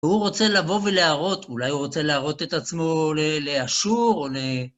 הוא רוצה לבוא ולהראות, אולי הוא רוצה להראות את עצמו לאשור, או ל...